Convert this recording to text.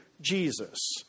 Jesus